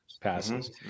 passes